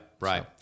Right